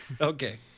Okay